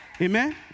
Amen